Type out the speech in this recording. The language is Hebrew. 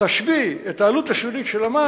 תשווי את העלות של המים